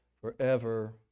forever